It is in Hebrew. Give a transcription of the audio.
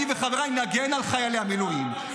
אני וחבריי נגן על חיילי המילואים.